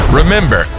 remember